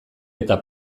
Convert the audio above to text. eta